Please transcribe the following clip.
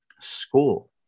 school